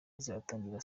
bizatangira